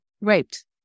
raped